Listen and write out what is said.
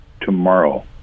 tomorrow